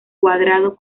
cuadrado